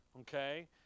Okay